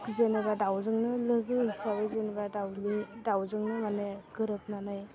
जेनेबा दाउजोंनो लोगो हिसाबै जेनेबा दाउनि दाउजोंनो माने गोरोबनानै